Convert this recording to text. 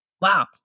wow